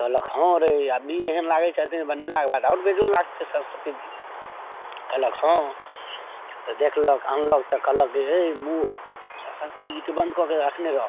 तऽ कहलक हँ रै अभी एहन लागै छथिन बनेलाके बाद आओर बेजोड़ लागथिन सरस्वतीजी कहलक हँ तऽ देखलक अनलक तऽ कहलक जे हे मुँह सरस्वतीजीके बन्द कऽके राखने रह